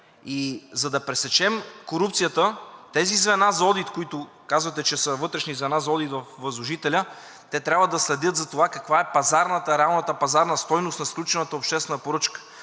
за да пресечем корупцията, тези звена за одит, за които казвате, че са вътрешни звена за одит във възложителя, те трябва да следят за това каква е пазарната – реалната пазарна стойност, на сключената обществена поръчка.